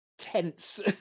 Tense